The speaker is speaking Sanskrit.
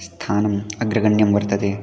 स्थानम् अग्रगण्यं वर्तते